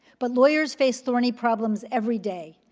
but lawyers face thorny problems every day,